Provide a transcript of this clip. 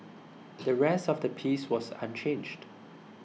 the rest of the piece was unchanged